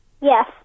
Yes